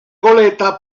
goleta